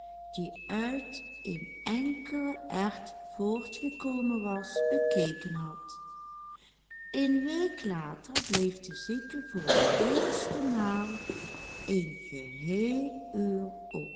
die uit een enkele erwt voortgekomen was bekeken had een week later bleef de zieke voor de eerste maal een geheel